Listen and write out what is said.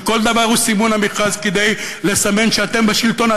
שכל דבר הוא סימון המכרז כדי לסמן שאתם בשלטון,